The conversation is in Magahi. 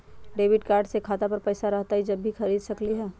डेबिट कार्ड से खाता पर पैसा रहतई जब ही खरीद सकली ह?